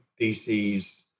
dc's